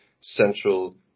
central